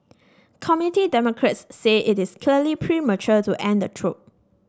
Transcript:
committee Democrats say it is clearly premature to end the probe